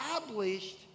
established